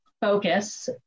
focus